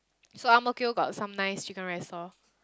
so Ang-Mo-Kio got some nice chicken rice stall